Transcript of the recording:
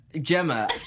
Gemma